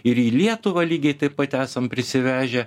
ir į lietuvą lygiai taip pat esam prisivežę